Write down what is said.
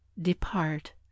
Depart